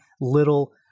little